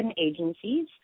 agencies